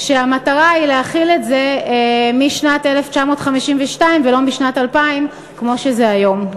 והמטרה היא להחיל את זה משנת 1952 ולא משנת 2000 כמו שזה היום.